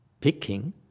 Picking